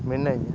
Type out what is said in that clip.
ᱢᱮᱱᱟᱹᱧᱟ